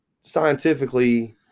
scientifically